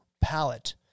palette